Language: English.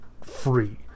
free